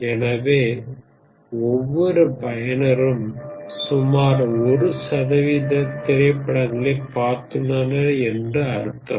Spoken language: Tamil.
எனவே ஒவ்வொரு பயனரும் சுமார் ஒரு சதவீத திரைப்படங்களைப் பார்த்துள்ளனர் என்று அர்த்தம்